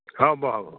ହେଉ ହେବ